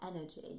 energy